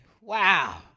Wow